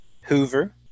Hoover